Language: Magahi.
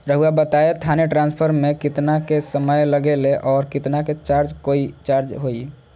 रहुआ बताएं थाने ट्रांसफर में कितना के समय लेगेला और कितना के चार्ज कोई चार्ज होई?